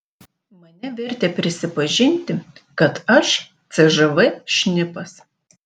mane vertė prisipažinti kad aš cžv šnipas